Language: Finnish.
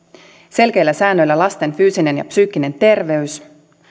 selkeillä säännöillä lasten fyysinen ja psyykkinen terveys